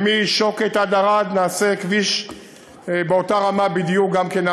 ומשוקת ועד ערד נעשה כביש באותה רמה בדיוק גם כן,